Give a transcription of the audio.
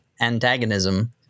antagonism